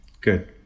good